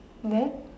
then